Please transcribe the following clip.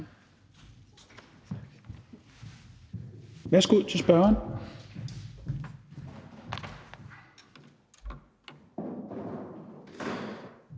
Værsgo til spørgeren.